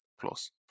plus